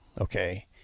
Okay